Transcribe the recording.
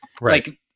Right